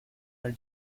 our